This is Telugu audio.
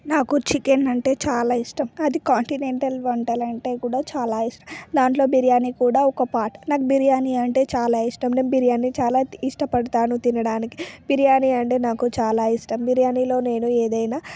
నాకు చికెన్ అంటే చాలా ఇష్టం అది కాంటినెంటల్ వంటలంటే కూడా చాలా ఇష్టం దాంట్లో బిర్యానీ కూడా ఒక పార్ట్ నాకు బిర్యానీ అంటే చాలా ఇష్టం నేను బిర్యానీ చాలా ఇష్టపడతాను తినడానికి బిర్యానీ అంటే నాకు చాలా ఇష్టం బిర్యానీలో నేను ఏదైనా